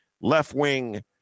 Left-wing